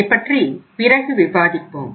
அதைப்பற்றி பிறகு விவாதிப்போம்